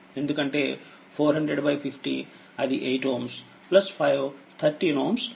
ఎందుకంటే40050అది8Ω 5 13Ω అవుతుంది